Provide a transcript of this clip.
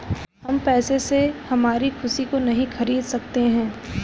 हम पैसे से हमारी खुशी को नहीं खरीदा सकते है